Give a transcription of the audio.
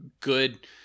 good